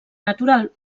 natural